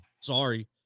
Sorry